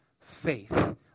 faith